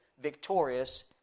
victorious